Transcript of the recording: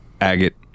Agate